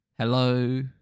hello